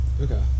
Okay